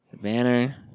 banner